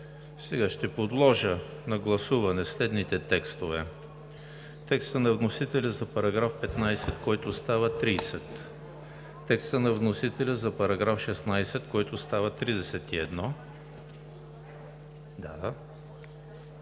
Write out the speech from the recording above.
Сега ще подложа на гласуване следните текстове: текста на вносителя за § 15, който става § 30; текста на вносителя за § 16, който става § 31;